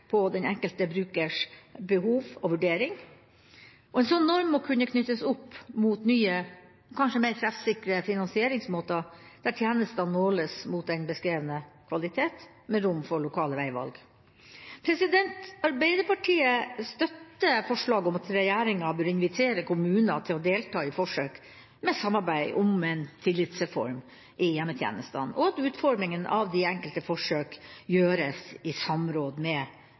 på den enkelte brukers behov og vurdering. En slik norm må kunne knyttes opp mot nye og mer treffsikre finansieringsmåter, der tjenestene måles mot den beskrevne kvalitet, med rom for lokale veivalg. Arbeiderpartiet støtter forslaget om at regjeringa bør invitere kommuner til å delta i forsøk med samarbeid om en tillitsreform i hjemmetjenestene, og at utforminga av de enkelte forsøk gjøres i samråd med forsøkskommunene. Da tar jeg opp det forslaget som Arbeiderpartiet fremmer sammen med